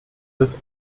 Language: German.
des